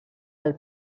del